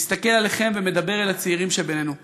מסתכל עליכם ומדבר אל הצעירים שבינינו: